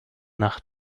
nach